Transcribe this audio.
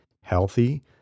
healthy